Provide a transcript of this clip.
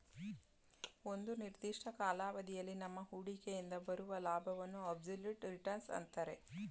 ಒಂದು ನಿರ್ದಿಷ್ಟ ಕಾಲಾವಧಿಯಲ್ಲಿ ನಮ್ಮ ಹೂಡಿಕೆಯಿಂದ ಬರುವ ಲಾಭವನ್ನು ಅಬ್ಸಲ್ಯೂಟ್ ರಿಟರ್ನ್ಸ್ ಅಂತರೆ